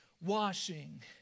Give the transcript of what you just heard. washing